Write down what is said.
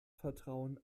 vertrauen